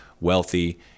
wealthy